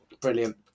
Brilliant